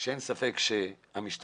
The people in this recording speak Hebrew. אין ספק שתפקיד